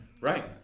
right